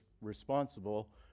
responsible